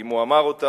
אם הוא אמר אותם,